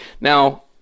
Now